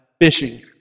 fishing